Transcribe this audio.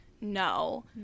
No